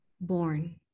born